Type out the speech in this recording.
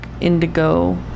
indigo